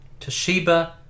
Toshiba